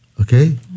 okay